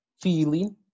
feeling